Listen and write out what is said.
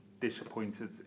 disappointed